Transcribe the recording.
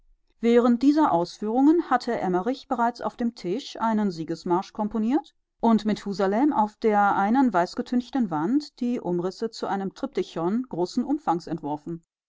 während dieser ausführungen hatte emmerich bereits auf dem tisch einen siegesmarsch komponiert und methusalem auf der einen weißgetünchten wand die umrisse zu einem triptychon großen umfangs entworfen